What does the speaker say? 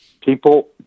People